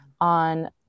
on